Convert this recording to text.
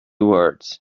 words